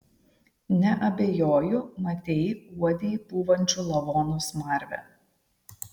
neabejoju matei uodei pūvančių lavonų smarvę